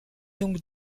donc